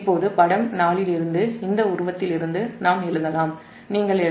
இப்போது படம் 4இலிருந்துநீங்கள் Ia1EaZ1Z2Zf என்று எழுதலாம்